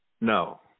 No